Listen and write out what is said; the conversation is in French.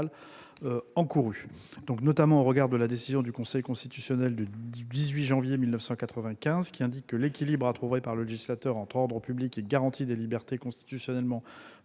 encourues. Au regard de la décision du Conseil constitutionnel du 18 janvier 1995, qui indique que l'équilibre à trouver par le législateur entre ordre public et garantie des libertés constitutionnellement